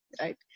right